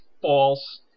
false